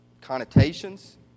connotations